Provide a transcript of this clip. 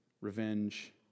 revenge